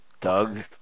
Doug